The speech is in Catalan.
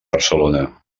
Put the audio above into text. barcelona